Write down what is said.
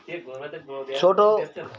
ছোট